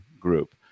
group